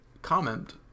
Comment